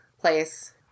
place